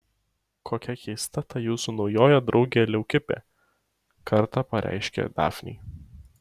kokia keista ta jūsų naujoji draugė leukipė kartą pareiškė dafnei